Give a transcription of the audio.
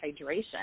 hydration